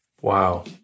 Wow